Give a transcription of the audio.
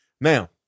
Now